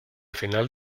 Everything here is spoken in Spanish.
final